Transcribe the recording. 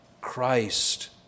Christ